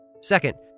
second